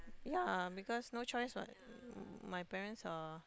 ya because no choice what my parents are